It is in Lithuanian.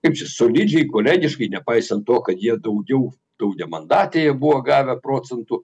kaip čia solidžiai kolegiškai nepaisant to kad jie daugiau daugiamandatėje buvo gavę procentų